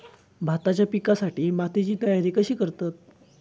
भाताच्या पिकासाठी मातीची तयारी कशी करतत?